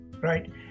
right